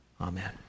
amen